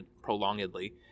prolongedly